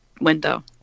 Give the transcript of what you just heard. window